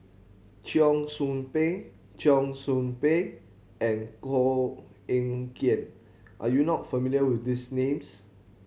Cheong Soo Pieng Cheong Soo Pieng and Koh Eng Kian are you not familiar with these names